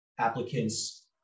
applicants